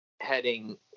heading